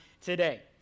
today